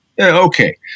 Okay